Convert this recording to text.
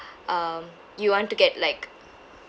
um you want to get like